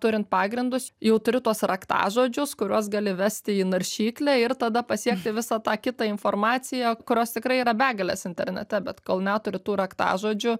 turint pagrindus jau turiu tuos raktažodžius kuriuos gali įvesti į naršyklę ir tada pasiekti visą tą kitą informaciją kurios tikrai yra begalės internete bet kol neturi tų raktažodžių